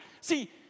See